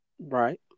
Right